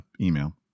email